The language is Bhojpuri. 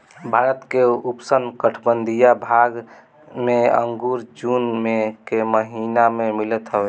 भारत के उपोष्णकटिबंधीय भाग में अंगूर जून के महिना में मिलत हवे